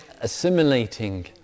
assimilating